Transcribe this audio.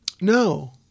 No